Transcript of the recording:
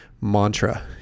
mantra